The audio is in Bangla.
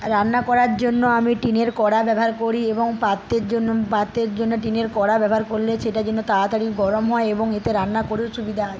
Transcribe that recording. রান্না করার জন্য আমি টিনের কড়া ব্যবহার করি এবং পাতের জন্য পাতের জন্য টিনের কড়া ব্যবহার করলে সেটা যেন তাড়াতাড়ি গরম হয় এবং এতে রান্না করেও সুবিধা আছে